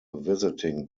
visiting